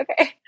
okay